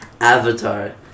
Avatar